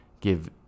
give